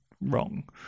wrong